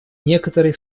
некоторые